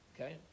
Okay